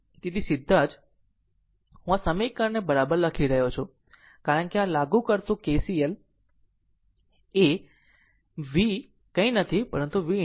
તેથી સીધા જ હું આ સમીકરણને બરાબર લખી રહ્યો છું કારણ કે આ લાગુ કરતું કેસીL નોડ A v કંઈ નહીં પરંતુ v ∞પર